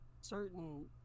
certain